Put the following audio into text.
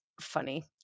funny